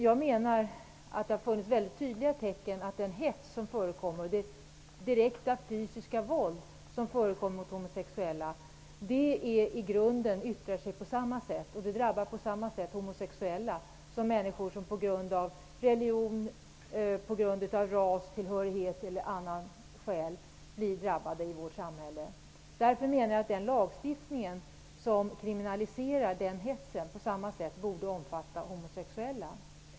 Jag menar att det har funnits väldigt tydliga tecken på att den hets och det direkta fysiska våld som förekommer mot homosexuella i grunden yttrar sig på samma sätt och drabbar de homosexuella på samma sätt som diskriminering på grund av religion, rastillhörighet eller annat. Därför menar jag att en lagstiftning som kriminaliserar sådan hets också borde omfatta de homosexuella.